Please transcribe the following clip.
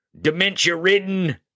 dementia-ridden